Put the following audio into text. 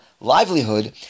livelihood